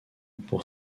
pour